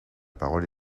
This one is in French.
parole